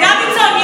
דוידסון,